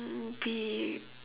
mm be